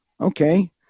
okay